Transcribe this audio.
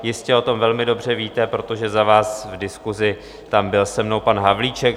Jistě o tom velmi dobře víte, protože za vás v diskusi tam byl se mnou pan Havlíček.